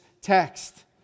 text